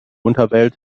unterwelt